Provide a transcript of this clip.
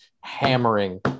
hammering